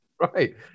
Right